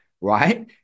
right